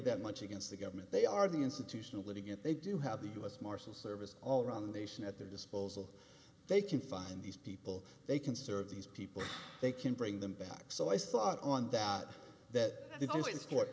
that much against the government they are the institutional litigant they do have the u s marshal service all around the nation at their disposal they can find these people they can serve these people they can bring them back so i thought on that that